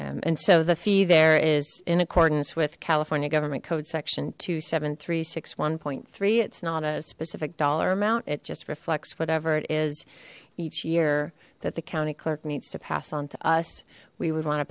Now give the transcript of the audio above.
clerk and so the fee there is in accordance with california government code section two seven three six one point three it's not a specific dollar amount it just reflects whatever it is each year that the county clerk needs to pass on to us we would want to